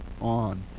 on